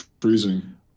freezing